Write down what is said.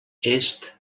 est